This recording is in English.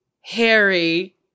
Harry